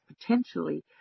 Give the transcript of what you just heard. potentially